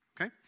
Okay